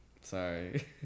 Sorry